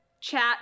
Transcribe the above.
chat